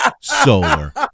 solar